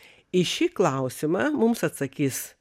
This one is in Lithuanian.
į šį klausimą mums atsakys